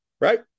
right